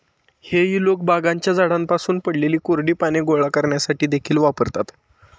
हेई लोक बागांच्या झाडांमधून पडलेली कोरडी पाने गोळा करण्यासाठी देखील वापरतात